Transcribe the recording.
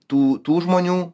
tų tų žmonių